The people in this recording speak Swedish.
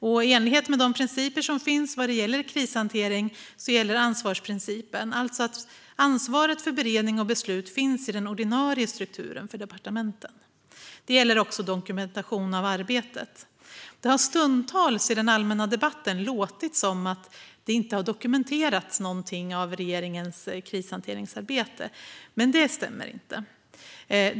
I enlighet med de principer som finns vad gäller krishantering gäller ansvarsprincipen, alltså att ansvaret för beredning och beslut finns i den ordinarie strukturen för departementen. Det gäller också dokumentation av arbetet. Det har stundtals i den allmänna debatten låtit som att inte någonting av regeringens krishanteringsarbete har dokumenterats, men det stämmer inte.